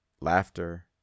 laughter